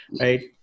Right